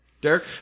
Derek